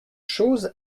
choses